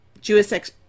Jewish